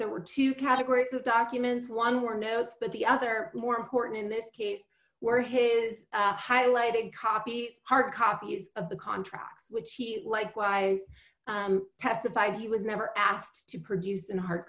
there were two categories of documents one were notes but the other more important in this case were his highlighted copy hard copies of the contracts which he likewise testified he was never asked to produce and hard